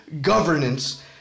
governance